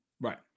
right